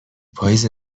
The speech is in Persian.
پاییز